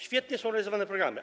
Świetnie są realizowane programy.